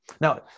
Now